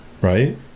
Right